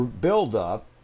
build-up